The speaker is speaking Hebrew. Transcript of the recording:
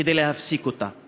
כדי להפסיק אותה.